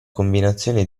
combinazione